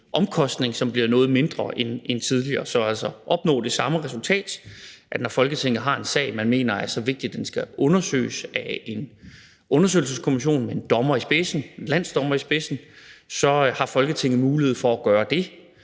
som bliver noget mindre end tidligere. Så man opnår det samme resultat, nemlig at når man har en sag, man mener er så vigtig, at den skal undersøges af en undersøgelseskommission med en landsdommer i spidsen, så har Folketinget mulighed for at gøre det